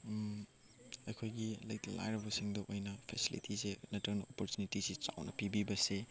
ꯑꯩꯈꯣꯏꯒꯤ ꯂꯩꯇ ꯂꯥꯏꯔꯕꯁꯤꯡꯗꯨ ꯑꯣꯏꯅ ꯐꯦꯁꯤꯂꯤꯇꯤꯁꯦ ꯅꯠꯇ꯭ꯔꯒꯅ ꯑꯣꯄꯨꯔꯆꯨꯅꯤꯇꯤꯁꯤ ꯆꯥꯎꯅ ꯄꯤꯕꯤꯕꯁꯤ